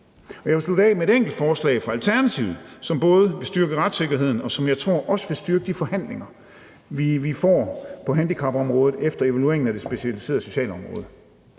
Jeg vil slutte af med et enkelt forslag fra Alternativet, som både vil styrke retssikkerheden, og som jeg tror også vil styrke de forhandlinger, vi får på handicapområdet efter evalueringen af det specialiserede socialområde.